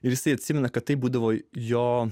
ir jisai atsimena kad tai būdavo jo